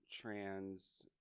trans